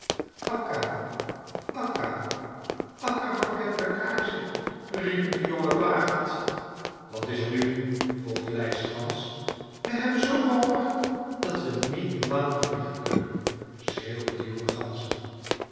akka akka van kebnekaise riepen de jongen klagend wat is er nu vroeg de leidstergans we hebben zoo'n honger dat we niet langer vliegen kunnen schreeuwden de jonge ganzen